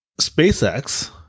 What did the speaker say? SpaceX